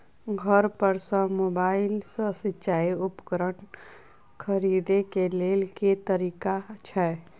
घर पर सऽ मोबाइल सऽ सिचाई उपकरण खरीदे केँ लेल केँ तरीका छैय?